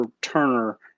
Turner